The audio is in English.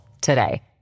today